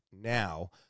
now